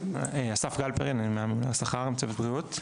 אסף גלפרין, אני מהממונה על השכר בצוות בריאות.